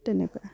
তেনেকুৱা